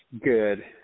Good